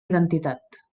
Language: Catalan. identitat